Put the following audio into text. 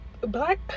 black